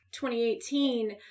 2018